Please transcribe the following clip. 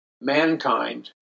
mankind